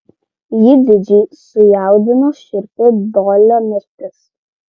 jį didžiai sujaudino šiurpi doilio mirtis